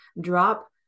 drop